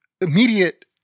immediate